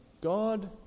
God